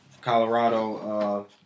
Colorado